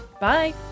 Bye